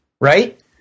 right